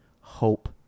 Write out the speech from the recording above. hope